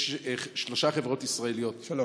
יש שלושה חברות ישראליות, שלוש.